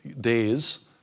days